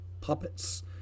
puppets